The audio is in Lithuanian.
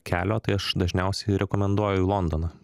kelio tai aš dažniausiai rekomenduoju londoną